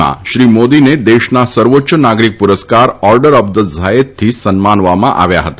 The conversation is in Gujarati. માં શ્રી મોદીને દેશના સર્વોચ્ય નાગરીક પુરસ્કાર ઓર્ડર ઓફ ઝાયેદથી સન્માનવામાં આવ્યા હતા